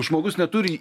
žmogus neturi